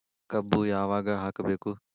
ಕಬ್ಬು ಯಾವಾಗ ಹಾಕಬೇಕು?